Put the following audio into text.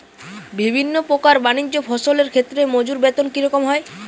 বিভিন্ন প্রকার বানিজ্য ফসলের ক্ষেত্রে মজুর বেতন কী রকম হয়?